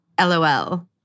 LOL